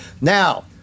now